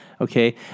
Okay